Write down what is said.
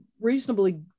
reasonably